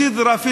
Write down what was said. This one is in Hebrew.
בשפה